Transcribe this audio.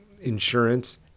insurance